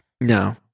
No